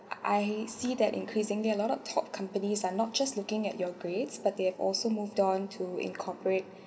I see that increasingly a lot of top companies are not just looking at your grades but they have also moved on to incorporate